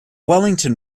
wellington